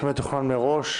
להיות מתוכנן מראש,